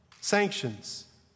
sanctions